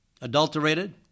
adulterated